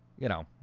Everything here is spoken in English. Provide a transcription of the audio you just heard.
you know,